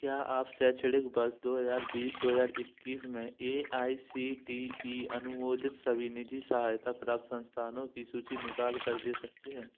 क्या आप शैक्षणिक वर्ष दो हज़ार बीस दो हज़ार इक्कीस में A I C T E अनुमोदित सभी निजी सहायता प्राप्त संस्थानों की सूची निकाल कर दे सकते हैं